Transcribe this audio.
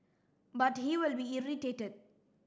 but he will be irritated